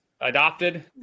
adopted